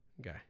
Okay